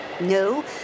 No